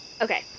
Okay